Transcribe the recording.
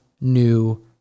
new